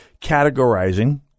categorizing